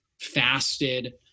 fasted